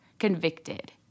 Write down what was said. Convicted